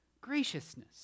graciousness